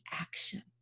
action